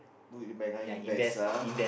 put in bank ah invest ah